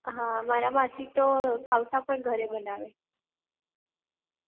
હા મારા માસી તો ખાઉસા પણ ઘરે બનાવે